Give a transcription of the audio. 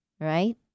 right